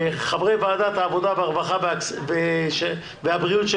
חברי ועדת העבודה הרווחה והבריאות של